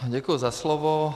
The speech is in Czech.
Děkuji za slovo.